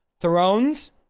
Thrones